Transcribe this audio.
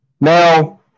now